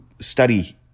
study